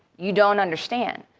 you don't understand.